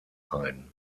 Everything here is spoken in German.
ein